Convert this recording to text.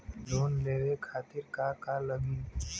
Loan लेवे खातीर का का लगी?